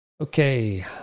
Okay